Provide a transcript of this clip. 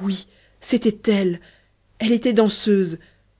oui c'était elle elle était danseuse